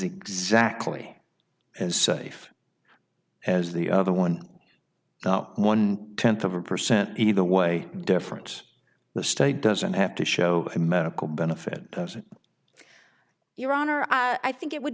exactly as safe as the other one now one tenth of a percent either way different the state doesn't have to show a medical benefit your honor i think it would